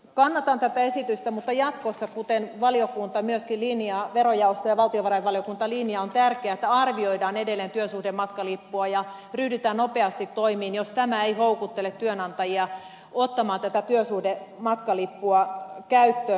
kannatan tätä esitystä mutta jatkossa kuten verojaosto ja valtiovarainvaliokunta myöskin linjaavat on tärkeää että arvioidaan edelleen työsuhdematkalippua ja ryhdytään nopeasti toimiin jos tämä ei houkuttele työnantajia ottamaan tätä työsuhdematkalippua käyttöön